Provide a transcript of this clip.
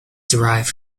derived